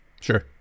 Sure